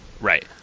Right